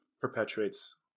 perpetuates